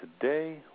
today